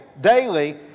daily